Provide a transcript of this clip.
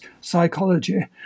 psychology